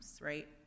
right